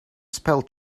spell